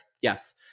yes